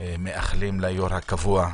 מאחלים ליו"ר הקבוע,